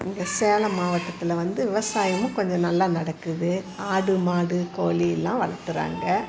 இங்கே சேலம் மாவட்டத்தில் வந்து விவசாயமும் கொஞ்சம் நல்லா நடக்குது ஆடு மாடு கோழிலாம் வளர்த்துறாங்க